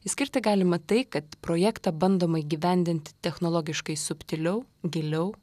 išskirti galima tai kad projektą bandoma įgyvendinti technologiškai subtiliau giliau